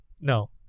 no